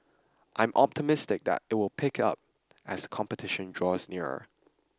I am optimistic that it will pick up as competition draws nearer